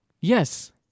yes